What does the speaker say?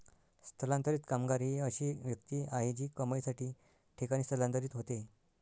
स्थलांतरित कामगार ही अशी व्यक्ती आहे जी कमाईसाठी ठिकाणी स्थलांतरित होते